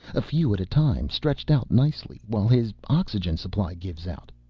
a few at a time, stretched out nicely. while his oxygen supply gives out.